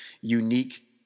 unique